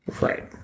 Right